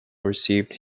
received